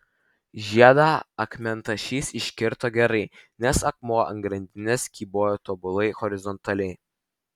žiedą akmentašys iškirto gerai nes akmuo ant grandinės kybojo tobulai horizontaliai